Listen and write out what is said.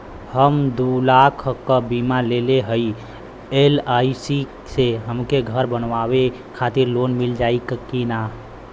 हम दूलाख क बीमा लेले हई एल.आई.सी से हमके घर बनवावे खातिर लोन मिल जाई कि ना?